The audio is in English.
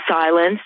silence